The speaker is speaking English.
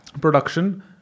production